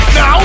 Now